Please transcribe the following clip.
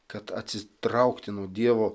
kad atsitraukti nuo dievo